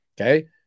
Okay